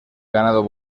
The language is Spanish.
ganado